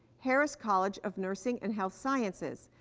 harris college of nursing and health sciences,